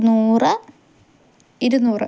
നൂറ് ഇരുനൂറ്